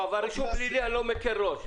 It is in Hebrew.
אני לא מקל ראש על רישום פלילי.